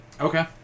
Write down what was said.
okay